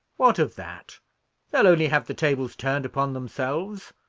what of that they'll only have the tables turned upon themselves,